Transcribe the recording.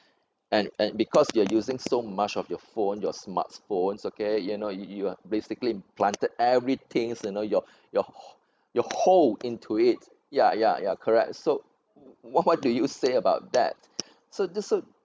and and because you are using so much of your phone your smartphones okay you know you you are basically implanted everything you know your your your whole into it ya ya ya correct so what what do you say about that so this will